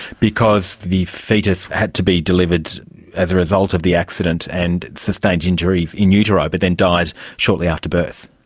because the fetus had to be delivered as a result of the accident and sustained injuries in utero but then died shortly after birth.